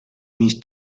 მის